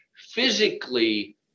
physically